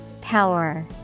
Power